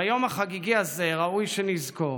ביום החגיגי הזה ראוי שנזכור